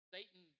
Satan